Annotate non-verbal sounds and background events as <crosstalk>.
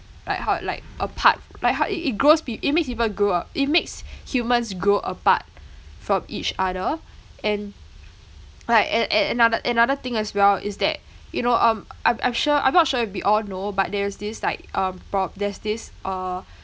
like how like apart like how it it grows it makes people grow a~ it makes <breath> humans grow apart from each other and like a~ an~ another another thing as well is that you know um I'm I'm sure I'm not sure if we all know but there's this like um po~ there's this uh